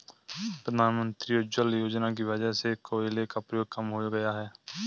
प्रधानमंत्री उज्ज्वला योजना की वजह से कोयले का प्रयोग कम हो गया है